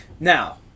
Now